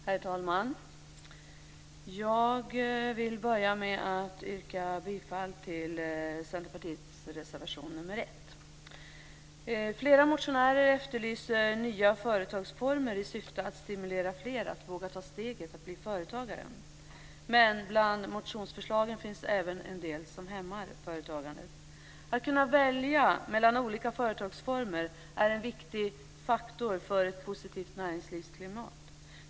Herr talman! Jag vill börja med att yrka bifall till Flera motionärer efterlyser nya företagsformer i syfte att stimulera fler att våga ta steget att bli företagare. Men bland motionsförslagen finns även sådant som hämmar företagande. Att kunna välja mellan olika företagsformer är en viktig faktor för ett positivt näringslivsklimat.